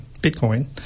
Bitcoin